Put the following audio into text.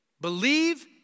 Believe